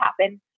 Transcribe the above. happen